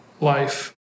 life